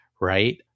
right